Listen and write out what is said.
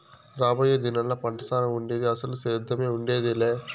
రాబోయే దినాల్లా పంటసారం ఉండేది, అసలు సేద్దెమే ఉండేదెలా